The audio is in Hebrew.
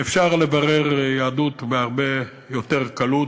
שאפשר לברר יהדות הרבה יותר בקלות.